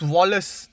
Wallace